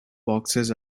boxes